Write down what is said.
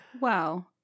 Wow